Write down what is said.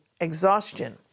exhaustion